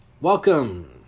Welcome